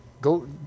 go